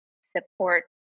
support